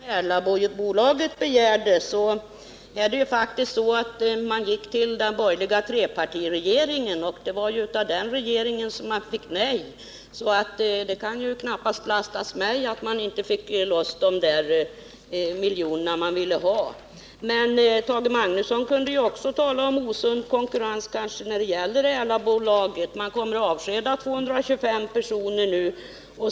Herr talman! Låt mig först säga att när det gäller det stöd som Erlabolaget begärde gick man faktiskt till den borgerliga trepartiregeringen, och det var av den regeringen som man fick nej. Således kan det knappast lastas mig att man inte fick loss de miljoner som man ville ha. Tage Magnusson kunde också tala om osund konkurrens när det gäller Erlabolget. Man kommer att avskeda 225 personer nu.